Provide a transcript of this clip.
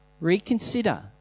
reconsider